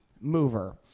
mover